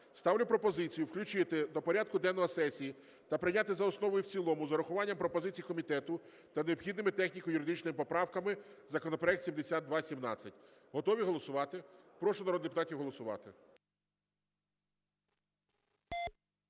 Ставлю пропозицію включити до порядку денного сесії та прийняти за основу і в цілому з урахуванням пропозицій комітету та необхідними техніко-юридичними поправками законопроект 7217. Готові голосувати? Прошу народних депутатів голосувати.